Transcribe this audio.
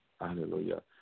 Hallelujah